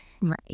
Right